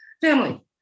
family